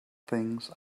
things